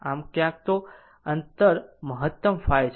આમ ક્યાં તો આ અંતર મહતમ ϕ છે